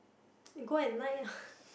you go at night ah